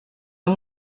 are